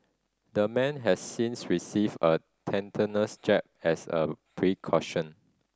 the man has since received a tetanus jab as a precaution